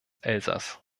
elsass